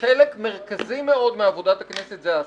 חלק מרכזי מאוד מעבודת הכנסת זה ההסכמות.